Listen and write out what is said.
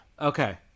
Okay